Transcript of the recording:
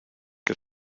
que